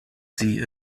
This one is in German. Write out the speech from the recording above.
sie